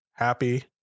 happy